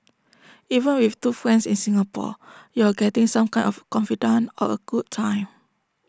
even with two friends in Singapore you're getting some kind of confidante or A good time